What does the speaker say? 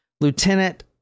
Lieutenant